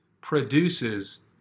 produces